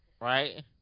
Right